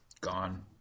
gone